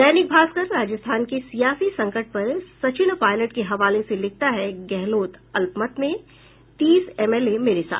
दैनिक भास्कर राजस्थान के सियासी संकट पर सचिन पायलट के हवाले से लिखता है गहलोत अल्पमत में तीस एमएलए मेरे साथ